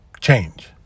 change